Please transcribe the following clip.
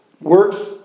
Works